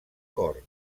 cort